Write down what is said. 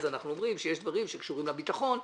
אז אנחנו אומרים שיש דברים שקשורים לביטחון,